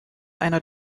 einer